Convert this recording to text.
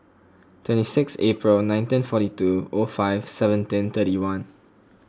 twenty sixth April nineteen forty two O five seventeen thirty one